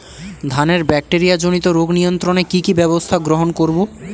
ধানের ব্যাকটেরিয়া জনিত রোগ নিয়ন্ত্রণে কি কি ব্যবস্থা গ্রহণ করব?